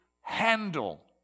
handle